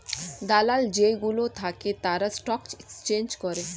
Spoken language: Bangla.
দালাল যেই গুলো থাকে তারা স্টক এক্সচেঞ্জ করে